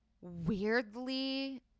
weirdly